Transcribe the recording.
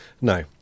No